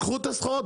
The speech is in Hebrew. קחו את הסחורה,